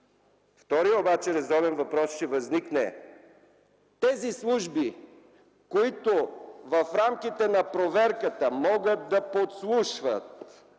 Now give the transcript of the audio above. Вторият резонен въпрос обаче ще възникне: тези служби, които в рамките на проверката могат да подслушват,